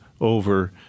over